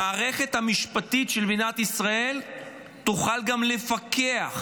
המערכת המשפטית של מדינת ישראל תוכל גם לפקח,